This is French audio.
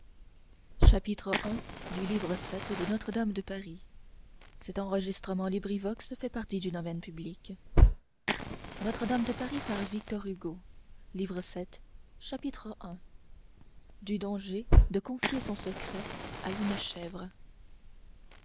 galette livre septième i du danger de confier son secret à une chèvre